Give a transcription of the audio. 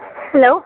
hello